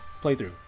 playthrough